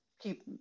keep